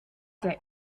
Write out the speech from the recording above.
der